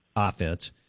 offense